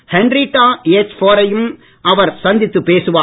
Henrietta H ஃபோரை யும் அவர் சந்தித்துப் பேசுவார்